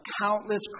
countless